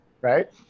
Right